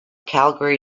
calgary